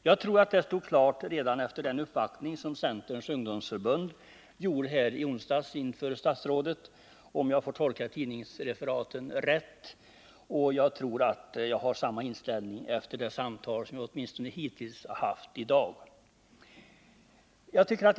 Jag tror att det stod klart redan efter den uppvaktning som centerns ungdomsförbund gjorde hos statsrådet i onsdags, om jag tolkar tidningsreferaten rätt. Och jag har samma inställning efter de samtal vi åtminstone hittills haft i dag.